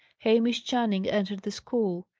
hamish channing entered the school,